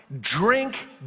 drink